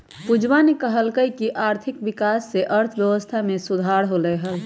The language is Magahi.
पूजावा ने कहल कई की आर्थिक विकास से अर्थव्यवस्था में सुधार होलय है